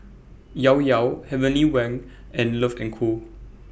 Llao Llao Heavenly Wang and Love and Co